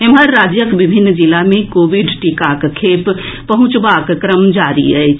एम्हर राज्यक विभिन्न जिला मे कोविड टीकाक खेप पहुंचबाक क्रम जारी अछि